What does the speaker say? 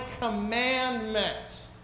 commandment